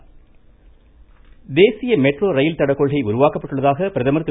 பிரதமர் தேசிய metro rail தடக் கொள்கை உருவாக்கப்பட்டுள்ளதாக பிரதமா் திரு